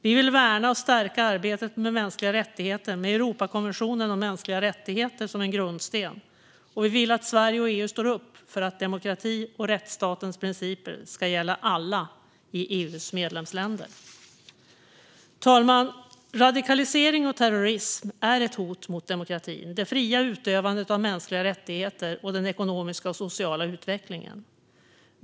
Vi vill värna och stärka arbetet med mänskliga rättigheter med Europakonventionen om mänskliga rättigheter som en grundsten, och vi vill att Sverige och EU står upp för att demokrati och rättsstatens principer ska gälla alla i EU:s medlemsländer. Fru talman! Radikalisering och terrorism är ett hot mot demokratin, det fria utövandet av mänskliga rättigheter och den ekonomiska och sociala utvecklingen.